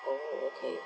oh okay